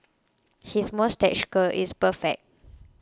his moustache curl is perfect